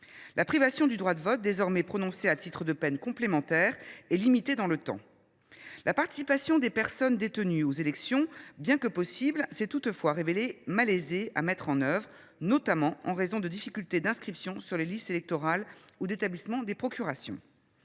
La privation du droit de vote, qui est désormais prononcée à titre de peine complémentaire, est limitée dans le temps. La participation des personnes détenues aux élections, bien qu’elle soit possible, s’est toutefois révélée difficile à mettre en œuvre, notamment en raison de difficultés d’inscription sur les listes électorales ou d’établissement des procurations.